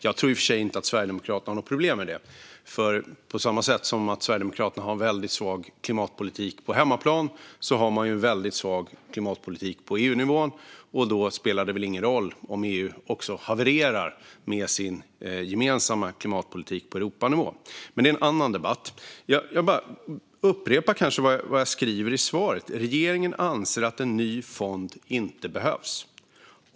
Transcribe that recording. Jag tror i och för sig inte att Sverigedemokraterna har något problem med det, för på samma sätt som Sverigedemokraterna har en väldigt svag klimatpolitik på hemmaplan har de en väldigt svag klimatpolitik på EU-nivå. Då spelar det väl ingen roll om EU havererar med sin gemensamma klimatpolitik på Europanivå. Men det är en annan debatt. Jag upprepar vad jag sa i svaret: Regeringen anser att en ny fond inte behövs.